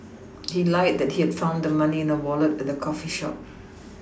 he lied that he had found the money in a Wallet at the coffee shop